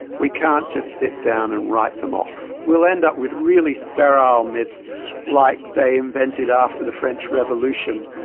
we can't just sit down and write them off. we'll end up with really sterile myths like they invented after the french revolution,